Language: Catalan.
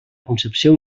concepció